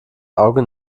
auge